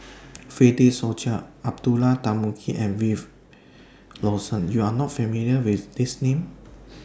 Fred De Souza Abdullah Tarmugi and Wilfed Lawson YOU Are not familiar with These Names